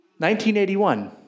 1981